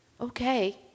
okay